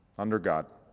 under god,